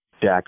Jack